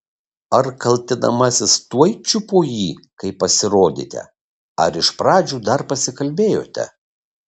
ar kaltinamasis tuoj čiupo jį kai pasirodėte ar iš pradžių dar pasikalbėjote